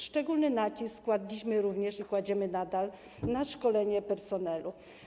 Szczególny nacisk kładliśmy i kładziemy nadal na szkolenie personelu.